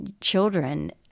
children